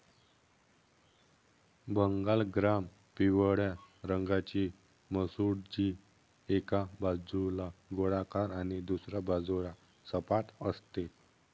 Bengal gram पिवळ्या रंगाची मसूर, जी एका बाजूला गोलाकार आणि दुसऱ्या बाजूला सपाट असते